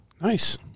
Nice